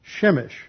Shemesh